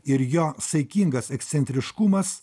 ir jo saikingas ekscentriškumas